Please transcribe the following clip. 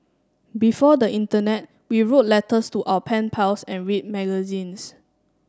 before the internet we wrote letters to our pen pals and read magazines